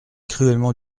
cruellement